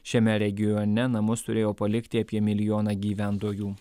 šiame regione namus turėjo palikti apie milijoną gyventojų